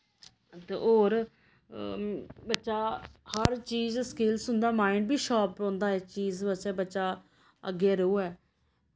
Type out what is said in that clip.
ते होर बच्चा हर चीज़ स्किलस उं'दा माइंड बी शार्प रौंह्दा इस चीज पास्सै बच्चा अग्गै र'वै